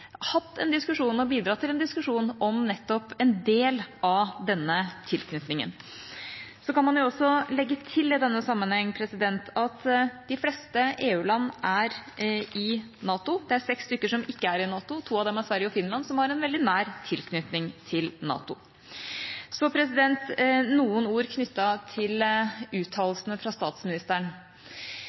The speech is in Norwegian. hatt en diskusjon – og bidratt til en diskusjon – om nettopp en del av denne tilknytningen. Man kan også legge til i denne sammenheng at de fleste EU-land er i NATO. Det er seks stykker som ikke er i NATO. To av dem er Sverige og Finland, som har en veldig nær tilknytning til NATO. Noen ord